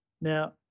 Now